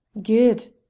good,